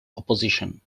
opposition